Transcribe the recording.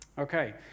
Okay